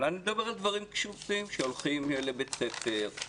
אני מדבר על דברים פשוטים שהולכים לבית ספר,